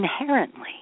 inherently